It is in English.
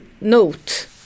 note